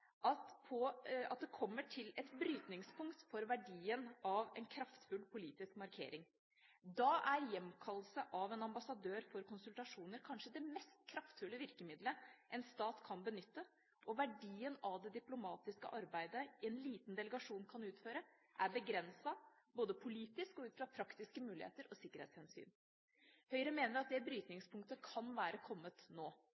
at det kommer til et brytningspunkt for verdien av en kraftfull politisk markering. Da er hjemkallelse av en ambassadør for konsultasjoner kanskje det mest kraftfulle virkemiddelet en stat kan benytte, og verdien av det diplomatiske arbeidet en liten delegasjon kan utføre, er begrenset både politisk og ut fra praktiske muligheter og sikkerhetshensyn. Høyre mener at det brytningspunktet kan være kommet nå.